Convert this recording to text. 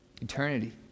eternity